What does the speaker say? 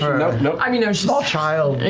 ah you know um you know small child,